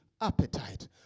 appetite